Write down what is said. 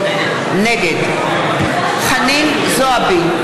נגד חנין זועבי,